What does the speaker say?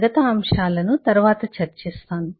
మిగతా అంశాలను తరవాత చర్చిస్తాను